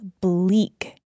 bleak